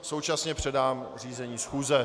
Současně předám řízení schůze.